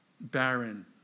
barren